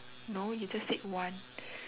no you just take one